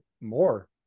more